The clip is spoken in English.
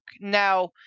Now